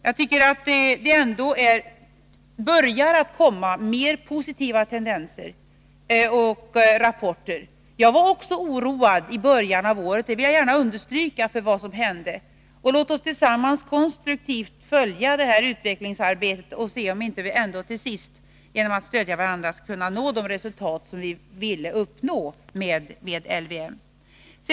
Jag tycker ändå att det börjar komma mer positiva tendenser och rapporter. I början av året, det vill jag gärna understryka, var också jag oroad för vad som hände. Men låt oss nu konstruktivt följa utvecklingen och se om vi inte ändå till sist genom att stödja varandra kan nå de resultat vi vill uppnå med LVM.